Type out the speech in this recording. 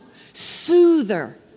soother